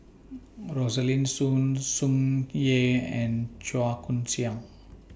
Rosaline Soon Tsung Yeh and Chua Koon Siong